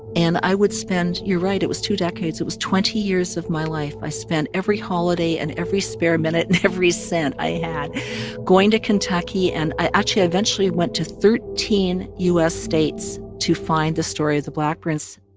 and i would spend you're right it was two decades. it was twenty years of my life. i spent every holiday and every spare minute and every cent i had going to kentucky. and i, actually, eventually went to thirteen u s. states to find the story of the blackburns